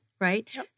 right